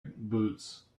boots